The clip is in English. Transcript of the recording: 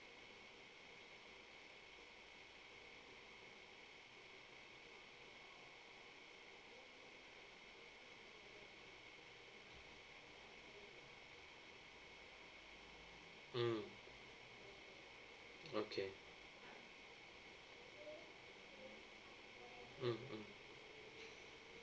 mm okay mm mm